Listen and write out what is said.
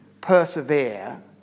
Persevere